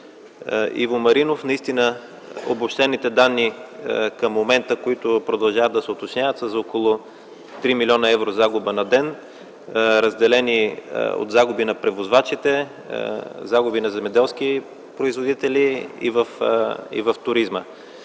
Иво Маринов. Наистина обобщените данни към момента, които продължават да се уточняват, са за около 3 млн. евро загуба на ден, разделени на загуби за превозвачите, загуби на земеделските производители и загуби в туризма.